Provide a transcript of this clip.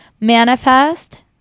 manifest